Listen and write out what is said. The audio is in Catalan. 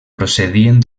procedien